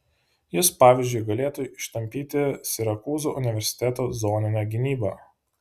jis pavyzdžiui galėtų ištampyti sirakūzų universiteto zoninę gynybą